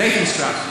נתן שטראוס.